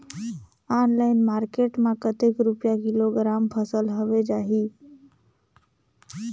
Online market मां कतेक रुपिया किलोग्राम फसल हवे जाही?